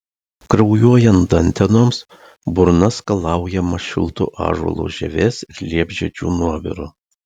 kraujuojant dantenoms burna skalaujama šiltu ąžuolo žievės ir liepžiedžių nuoviru